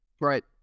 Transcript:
right